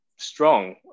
strong